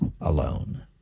alone